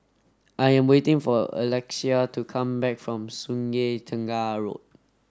I am waiting for Alexia to come back from Sungei Tengah Road